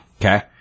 Okay